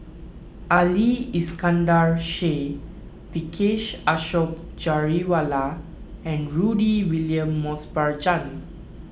Ali Iskandar Shah Vijesh Ashok Ghariwala and Rudy William Mosbergen